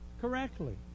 correctly